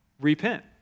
repent